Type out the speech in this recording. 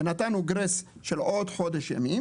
ונתנו גרייס של עוד חודש ימים